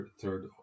third